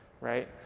right